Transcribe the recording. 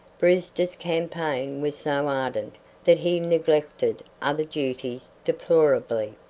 brewster's campaign was so ardent that he neglected other duties deplorably,